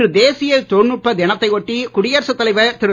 இன்று தேசிய தொழில்நுட்ப தினத்தை ஒட்டி குடியரசு தலைவர் திரு